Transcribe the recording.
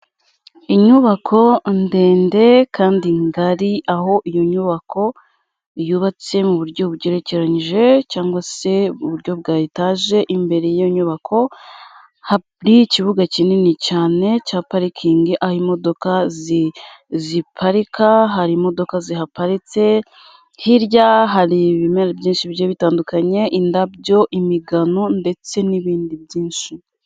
Inyubako ndende kandi ngari aho iyo nyubako yubatse mu buryo bugerekeranyije cyangwa se uburyo bwa etaje, imbere yiyo nyubako hari ikibuga kinini cyane cya parikingi aho imodoka ziparika hari imodoka zihaparitse, hirya hari ibimera byinshi bigiye bitandukanye indabyo, imigano ndetse n'ibindi byinshi.